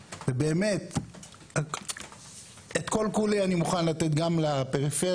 את כל כולי אני מוכן לתת גם לפריפריה,